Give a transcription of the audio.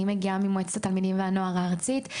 אני מגיעה ממועצת התלמידים והנוער הארצית.